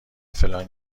فلان